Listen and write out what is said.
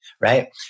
right